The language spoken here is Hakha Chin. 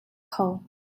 kho